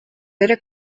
эрэ